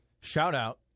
Shout-out